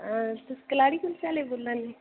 तुस कलाड़ी कुलचे आह्ले बोल्ला ने